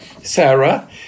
Sarah